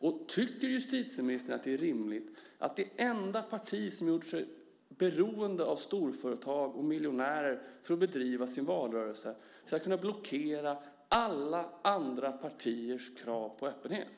Och tycker justitieministern att det är rimligt att det enda partiet som har gjort sig beroende av storföretag och miljonärer för att bedriva sin valrörelse ska kunna blockera alla andra partiers krav på öppenhet?